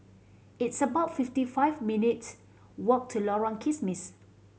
it's about fifty five minutes' walk to Lorong Kismis